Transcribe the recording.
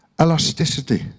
Elasticity